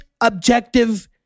objective